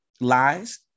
lies